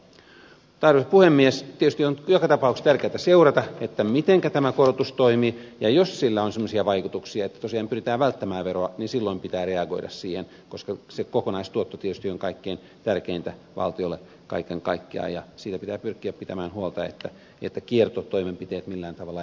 tietysti on joka tapauksessa tärkeätä seurata mitenkä tämä korotus toimii ja jos sillä on semmoisia vaikutuksia että tosiaan pyritään välttämään veroa silloin pitää reagoida siihen koska se kokonaistuotto tietysti on kaikkein tärkeintä valtiolle kaiken kaikkiaan ja siitä pitää pyrkiä pitämään huolta että kiertotoimenpiteet millään tavalla eivät ala